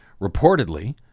reportedly